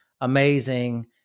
amazing